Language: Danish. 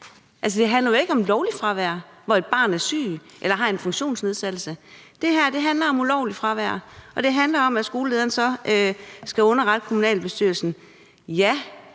Det handler jo ikke om lovligt fravær, hvor et barn er syg eller har en funktionsnedsættelse. Det her handler om ulovligt fravær, og det handler om, at skolelederen så skal underrette kommunalbestyrelsen,